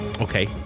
Okay